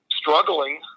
struggling